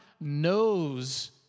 knows